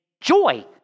joy